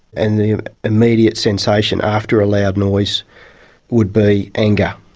and the immediate sensation after a loud noise would be anger.